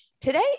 Today